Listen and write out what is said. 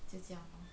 就这样 lor